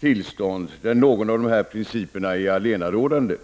tillstånd där någon av dessa principer är allenarådande.